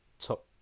top